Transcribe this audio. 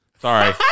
Sorry